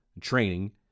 training